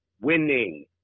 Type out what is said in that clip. winning